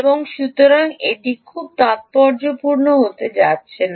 এবং সুতরাং এটি খুব তাৎপর্যপূর্ণ হতে যাচ্ছে না